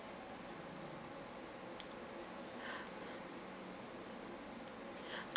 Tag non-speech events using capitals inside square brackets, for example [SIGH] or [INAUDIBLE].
[BREATH]